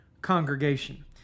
congregation